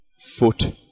foot